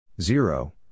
Zero